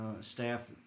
staff